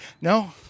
No